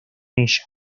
ella